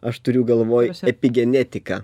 aš turiu galvoj epigenetiką